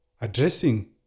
addressing